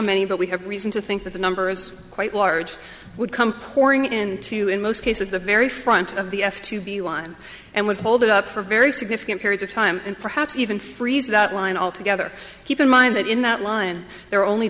many but we have reason to think that the number is quite large would come pouring into in most cases the very front of the f to be line and would hold it up for very significant periods of time and perhaps even freeze that line altogether keep in mind that in that line there are only